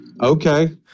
Okay